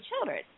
children